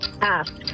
Ask